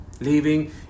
leaving